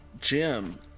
Jim